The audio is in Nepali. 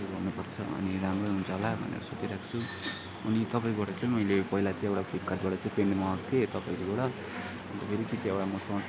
अन्त के गर्नुपर्छ अनि राम्रै हुन्छ होला भनेर सोचिरहको छु अनि तपाईँकोबाट चाहिँ मैले पहिला चाहिँ एउटा फ्लिपकार्टबाट चाहिँ प्यान्ट मगाएको थिएँ तपाईँकोबाट अन्त फेरि पछि एउटा